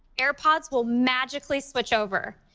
airpods will magically switch over.